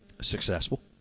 successful